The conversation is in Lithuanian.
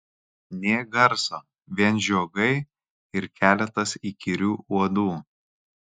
nė garso vien žiogai ir keletas įkyrių uodų